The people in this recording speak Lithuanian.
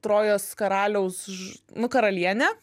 trojos karaliaus ž nu karalienė